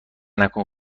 نکن